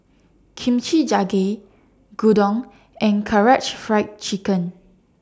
Kimchi Jjigae Gyudon and Karaage Fried Chicken